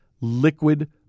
liquid